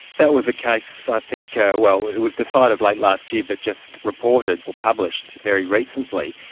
that was a case, i think, yeah well, it was decided late last year but just reported or published very recently.